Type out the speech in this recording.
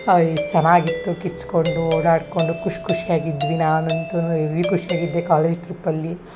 ಈ ಚೆನ್ನಾಗಿತ್ತು ಕಿರುಚಿಕೊಂಡು ಓಡಾಡಿಕೊಂಡು ಖುಷಿ ಖುಷ್ಯಾಗಿ ಇದ್ವಿ ನಾನು ಅಂತೂ ಎವಿ ಖುಷ್ಯಾಗಿ ಇದ್ದೆ ಕಾಲೇಜ್ ಟ್ರಿಪ್ಪಲ್ಲಿ